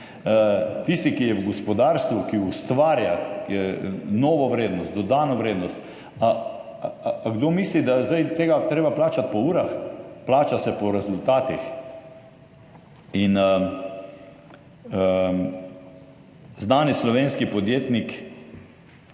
Tisti, ki je v gospodarstvu, ki ustvarja, ki je novo vrednost, dodano vrednost – ali kdo misli, da je zdaj tega treba plačati po urah? Plača se po rezultatih. Znani slovenski podjetnik,